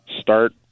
start